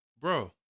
Bro